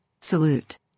Salute